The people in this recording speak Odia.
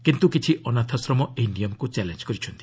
କିନ୍ତୁ କିଛି ଅନାଥାଶ୍ରମ ଏହି ନିୟମକୁ ଚ୍ୟାଲେଞ୍ କରିଛନ୍ତି